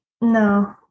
No